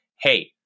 hey